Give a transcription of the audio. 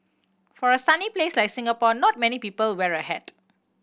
for a sunny place like Singapore not many people wear a hat